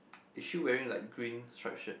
is she wearing like green stripe shirt